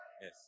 Yes